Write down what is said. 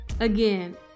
again